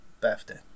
birthday